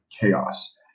chaos